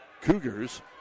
Cougars